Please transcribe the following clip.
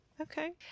Okay